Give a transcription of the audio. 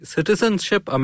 Citizenship